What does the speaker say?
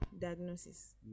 diagnosis